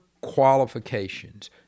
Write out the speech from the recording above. qualifications